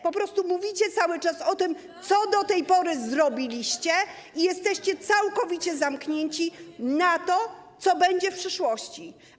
Po prostu mówicie cały czas o tym, co do tej pory zrobiliście, i jesteście całkowicie zamknięci na to, co będzie w przyszłości.